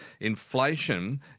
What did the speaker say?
inflation